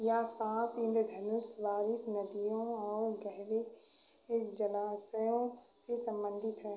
यह साँप इंद्रधनुष बारिश नदियों और गहरे जलाशयों से संबंधित है